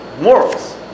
morals